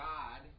God